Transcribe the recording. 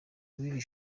w’iri